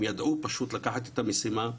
הם ידעו פשוט לקחת את המשימה,